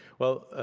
well,